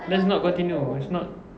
let's not continue it's not